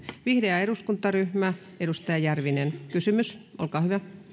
vihreä eduskuntaryhmä edustaja järvinen kysymys olkaa hyvä